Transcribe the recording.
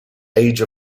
age